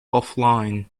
offline